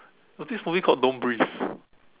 it was this movie called don't breathe